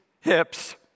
hips